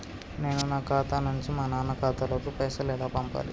నేను నా ఖాతా నుంచి మా నాన్న ఖాతా లోకి పైసలు ఎలా పంపాలి?